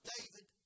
David